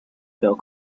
bill